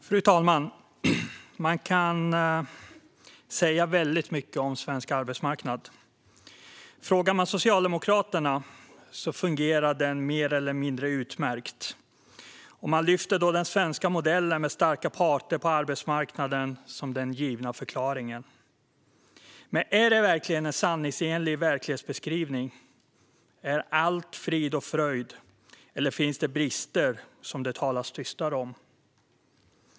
Fru talman! Man kan säga mycket om svensk arbetsmarknad. Frågar man Socialdemokraterna fungerar den mer eller mindre utmärkt, och de lyfter då den svenska modellen med starka parter på arbetsmarknaden som den givna förklaringen. Men är detta verkligen en sanningsenlig verklighetsbeskrivning? Är allt frid och fröjd, eller finns det brister som det talas tystare om?